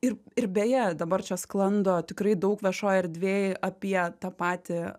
ir ir beje dabar čia sklando tikrai daug viešoj erdvėj apie tą patį